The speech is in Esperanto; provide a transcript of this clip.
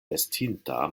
estinta